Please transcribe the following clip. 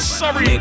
sorry